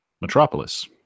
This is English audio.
Metropolis